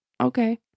Okay